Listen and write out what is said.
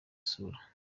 isura